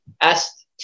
asked